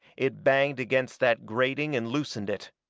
it banged against that grating and loosened it.